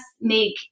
make